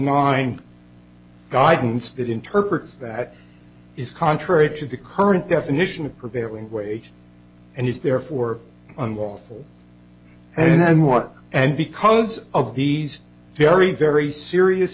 line guidance that interprets that is contrary to the current definition of prevailing wage and is therefore unlawful and then what and because of these very very serious